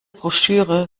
broschüre